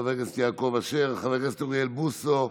חבר הכנסת יעקב אשר, חבר הכנסת אוריאל בוסו,